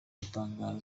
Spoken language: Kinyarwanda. iratanga